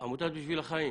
ספר ישתתפו,